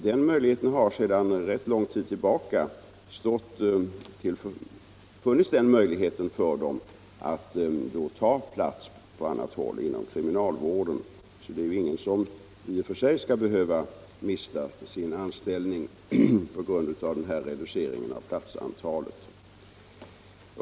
Det har sedan ganska lång tid tillbaka funnits möjlighet att ta plats på något annat håll inom kriminalvården, så i och för sig skall ingen behöva mista sin anställning på grund av reduceringen av platsantalet vid kriminalvårdsanstalten.